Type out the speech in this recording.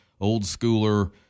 old-schooler